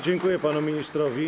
Dziękuję panu ministrowi.